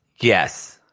Yes